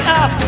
up